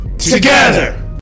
Together